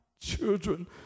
children